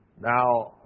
Now